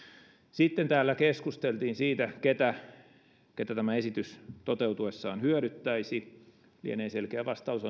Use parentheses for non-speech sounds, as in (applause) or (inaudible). sitten täällä keskusteltiin siitä keitä tämä esitys toteutuessaan hyödyttäisi siihen lienee selkeä vastaus (unintelligible)